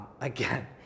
Again